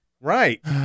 Right